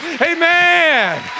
Amen